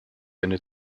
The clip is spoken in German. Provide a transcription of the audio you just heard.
eine